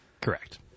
Correct